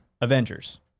avengers